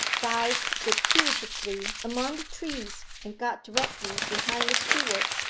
dived circuitously among the trees and got directly behind the steward,